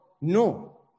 No